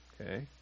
okay